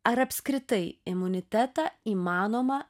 ar apskritai imunitetą įmanoma